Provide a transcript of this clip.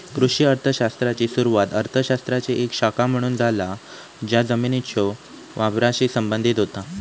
कृषी अर्थ शास्त्राची सुरुवात अर्थ शास्त्राची एक शाखा म्हणून झाला ज्या जमिनीच्यो वापराशी संबंधित होता